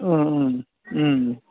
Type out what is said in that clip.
ओं ओं